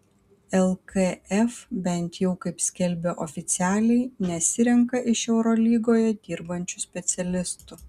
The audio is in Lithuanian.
lkf bent jau kaip skelbia oficialiai nesirenka iš eurolygoje dirbančių specialistų